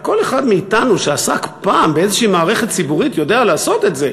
כל אחד מאתנו שעסק פעם באיזושהי מערכת ציבורית יודע לעשות את זה.